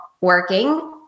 working